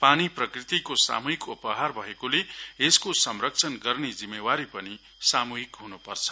पानी प्रकृतिको सामूहिक उपहार भएकोले यसको संरक्षण गर्ने जिम्मेवारी पनि सामूहिक हुनुपर्छ